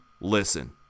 listen